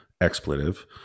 expletive